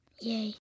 Yay